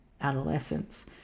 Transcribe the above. adolescence